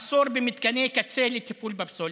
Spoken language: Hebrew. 1. מחסור במתקני קצה לטיפול בפסולת,